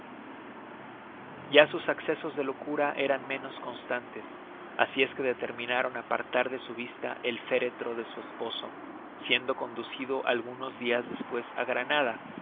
ya sus accesos de locura eran menos constantes asi es que determinaron apartar de su vista el féretro de su esposo siendo conducido algunos dias despues á granada